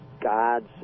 God's